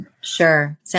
Sure